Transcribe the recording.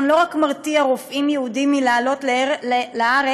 לא רק מרתיע רופאים יהודים מלעלות לארץ,